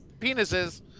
penises